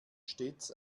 stets